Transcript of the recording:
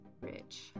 rich